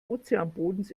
ozeanbodens